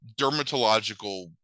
dermatological